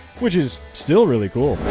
which is still really cool.